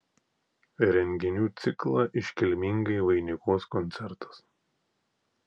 renginių ciklą iškilmingai vainikuos koncertas